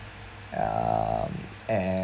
um and